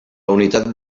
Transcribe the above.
unitat